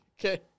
Okay